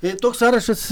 jei toks sąrašas